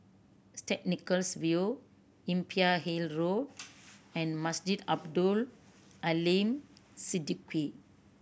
Saint Nicholas View Imbiah Hill Road and Masjid Abdul Aleem Siddique